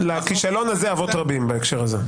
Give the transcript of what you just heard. לכישלון הזה אבות רבים בהקשר הזה.